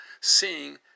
seeing